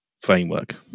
framework